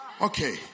Okay